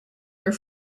are